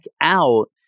out